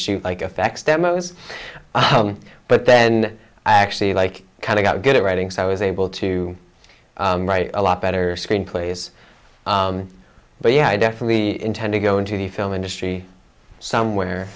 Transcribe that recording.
shoot like effects demos but then i actually like kind of got good at writing so i was able to write a lot better screenplays but yeah i definitely intend to go into the film industry somewhere